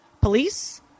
police